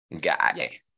guy